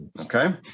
okay